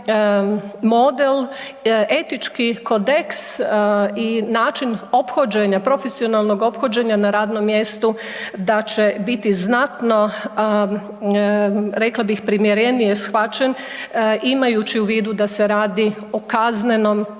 model etički kodeks i način ophođenja, profesionalnog ophođenja na radnom mjestu da će biti znatno rekla bih primjerenije shvaćen imajući u vidu da se radi o kaznenom